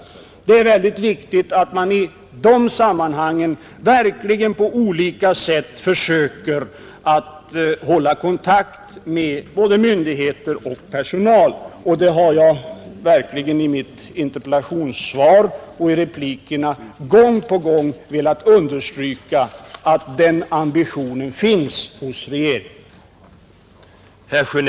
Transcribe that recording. Det är väldigt viktigt att man i de sammanhangen på olika sätt försöker att hålla kontakt med både myndigheter och personal. Jag har sannerligen i mitt interpella tionssvar och i replikerna gång på gång velat understryka att den ambitionen finns hos regeringen.